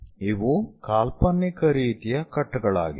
ಇವು ಕಾಲ್ಪನಿಕ ರೀತಿಯ ಕಟ್ ಗಳಾಗಿವೆ